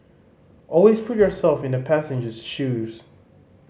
always put yourself in the passenger's shoes